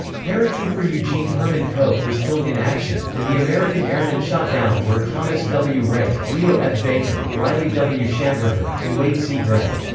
paratrooper eugene herman koch was killed in action, and the american airmen shot down were thomas w. ray, leo f. baker, riley w. shamburger, and wade c. gray.